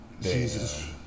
Jesus